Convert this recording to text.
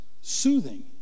soothing